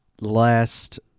last